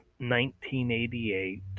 1988